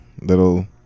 little